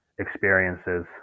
Experiences